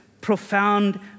profound